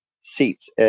seats